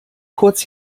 kurz